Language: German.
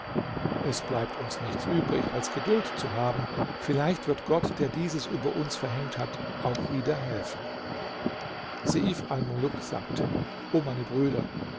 es bleibt uns nichts übrig als geduld zu haben vielleicht wird gott der dieses über uns verhängt hat auch wieder helfen seif almuluk sagte o meine brüder